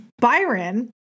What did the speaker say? Byron